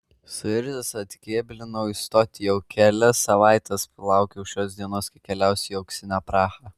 suirzęs atkėblinau į stotį jau kelias savaites laukiau šios dienos kai keliausiu į auksinę prahą